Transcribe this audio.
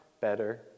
better